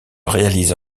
réalise